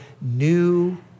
new